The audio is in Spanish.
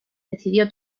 decidió